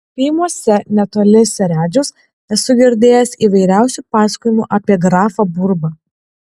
kaimuose netoli seredžiaus esu girdėjęs įvairiausių pasakojimų apie grafą burbą